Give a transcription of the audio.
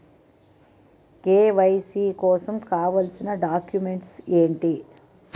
KYC కోసం కావాల్సిన documents ఎంటి?